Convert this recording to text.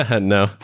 no